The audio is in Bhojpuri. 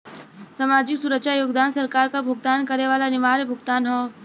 सामाजिक सुरक्षा योगदान सरकार क भुगतान करे वाला अनिवार्य भुगतान हौ